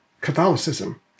Catholicism